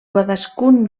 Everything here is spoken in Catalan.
cadascun